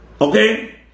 okay